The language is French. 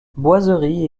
boiseries